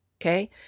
Okay